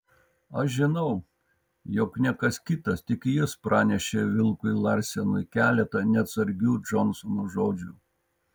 aš žinau jog ne kas kitas tik jis pranešė vilkui larsenui keletą neatsargių džonsono žodžių